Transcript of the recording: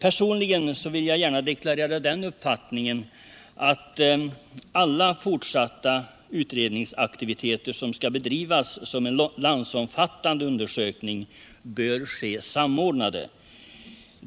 Personligen vill jag gärna deklarera den uppfatiningen, att alla fortsatta utredningsaktiviteter som skall bedrivas som en landsomfattande undersökning bör ske samordnade.